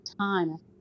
time